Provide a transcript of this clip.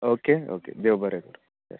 okay okay देव बरें करूं या